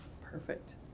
Perfect